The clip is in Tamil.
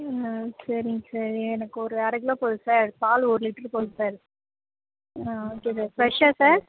ம் ந சரிங் சார் எனக்கு ஒரு அரை கிலோ போதும் சார் பால் ஒரு லிட்ரு போதும் சார் ஆ ஓகே சார் ஃப்ரஷ்ஷா சார்